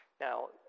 Now